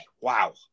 Wow